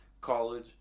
college